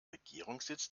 regierungssitz